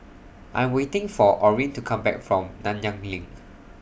I'm waiting For Orene to Come Back from Nanyang LINK